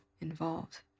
involved